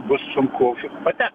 bus sunku patekt